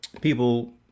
people